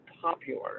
popular